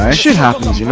ah shit happens, you know